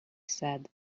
said